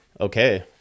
okay